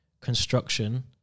construction